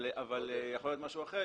אבל יכול להיות משהו אחר,